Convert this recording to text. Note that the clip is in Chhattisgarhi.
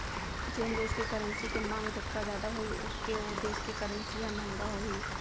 जेन देस के करेंसी के मांग जतका जादा होही ओतके ओ देस के करेंसी ह महंगा होही